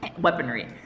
weaponry